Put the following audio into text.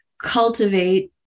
cultivate